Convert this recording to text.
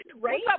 Right